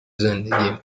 زندگیم